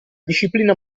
disciplina